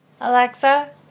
Alexa